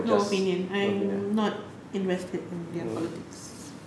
no opinion I'm not invested in their politics